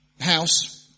house